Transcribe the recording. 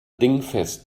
dingfest